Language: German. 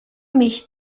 mich